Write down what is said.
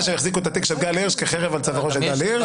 שהחזיקו את התיק של גל הירש כחרב על צווארו של גל הירש.